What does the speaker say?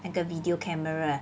那个 video camera